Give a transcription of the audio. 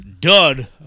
dud